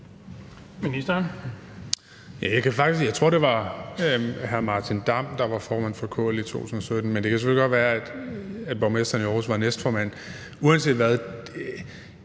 Bek): Jeg tror, det var hr. Martin Damm, der var formand for KL i 2017, men det kan selvfølgelig godt være, at borgmesteren i Aarhus var næstformand. Uanset hvad: